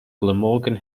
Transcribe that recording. glamorgan